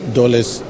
dollars